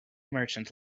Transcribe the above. merchant